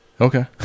Okay